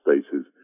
spaces